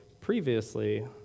previously